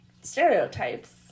stereotypes